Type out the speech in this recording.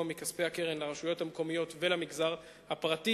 מכספי הקרן לרשויות המקומיות ולמגזר הפרטי,